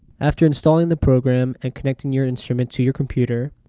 after installing the program, and connecting your instrument to your computer,